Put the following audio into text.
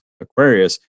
Aquarius